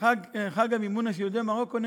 חג המימונה של יהודי מרוקו,